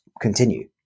continue